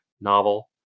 novel